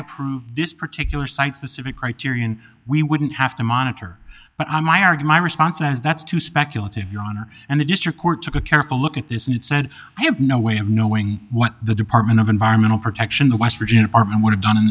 approved this particular site specific criterion we wouldn't have to monitor but i argue my response as that's too speculative your honor and the district court took a careful look at this and said i have no way of knowing what the department of environmental protection the west virginia arm would have done in